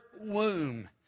womb